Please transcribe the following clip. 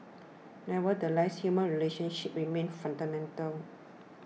nevertheless human relationships remain fundamental